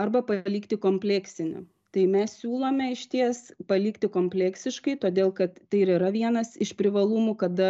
arba palikti kompleksinį tai mes siūlome išties palikti kompleksiškai todėl kad tai ir yra vienas iš privalumų kada